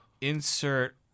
Insert